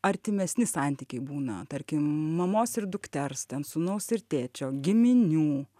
artimesni santykiai būna tarkim mamos ir dukters ten sūnaus ir tėčio giminių